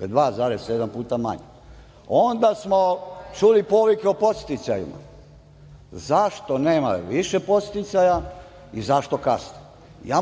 Dakle, 2,7 puta manje. Onda smo čuli povike o podsticajima – zašto nema više podsticaja i zašto kasne?